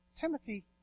Timothy